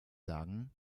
sagen